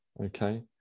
okay